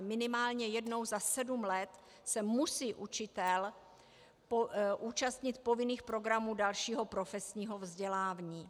Minimálně jednou za sedm let se musí učitel účastnit povinných programů dalšího profesního vzdělání.